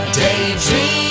daydream